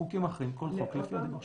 חוקים אחרים, כל חוק לפי הדיווח שלו.